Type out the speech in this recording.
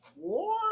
four